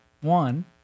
One